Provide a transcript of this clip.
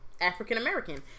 African-American